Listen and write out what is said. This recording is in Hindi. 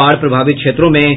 बाढ़ प्रभावित क्षेत्रों में